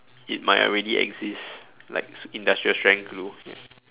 it might already exist like industrial strength glue